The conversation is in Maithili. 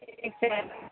ठीक छै तऽ